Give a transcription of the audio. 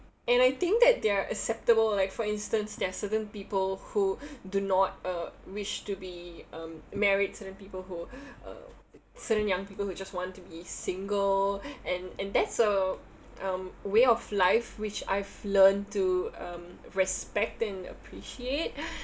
and I think that they are acceptable like for instance there are certain people who do not uh wish to be um married certain people who uh certain young people who just want to be single and and that's a um way of life which I've learned to um respect and appreciate